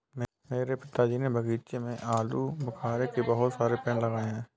मेरे पिताजी ने बगीचे में आलूबुखारे के बहुत सारे पेड़ लगाए हैं